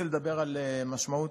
אינו נוכח,